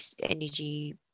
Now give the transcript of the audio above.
energy